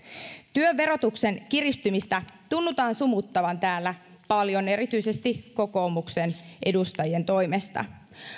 työn verotuksen kiristymistä tunnutaan sumuttavan täällä paljon erityisesti kokoomuksen edustajien toimesta